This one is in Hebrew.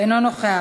אינו נוכח.